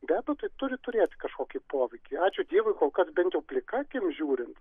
be abejo tai turi turėti kažkokį poveikį ačiū dievui kad bent jau plika akim žiūrint